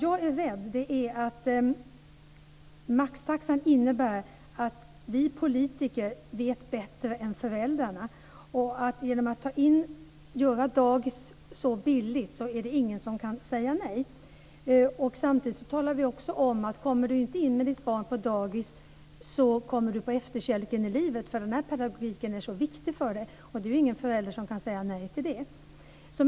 Jag är rädd för att maxtaxan innebär att vi politiker ska veta bättre än föräldrarna. Genom att man gör dagis så billigt kan ingen säga nej. Samtidigt säger vi: Kommer du inte in med ditt barn på dagis kommer han eller hon på efterkälken i livet, eftersom den här pedagogiken är så viktig. Det är ju ingen förälder som kan säga nej till det.